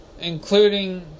including